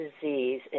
disease